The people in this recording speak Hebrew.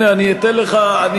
הנה אני אתן לך דוגמה,